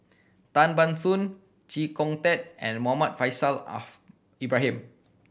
Tan Ban Soon Chee Kong Tet and Muhammad Faishal Ibrahim